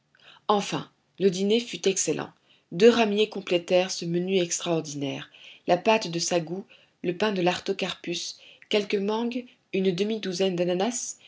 enfin le dîner fut excellent deux ramiers complétèrent ce menu extraordinaire la pâte de sagou le pain de l'artocarpus quelques mangues une demi-douzaine d'ananas